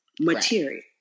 material